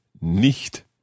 nicht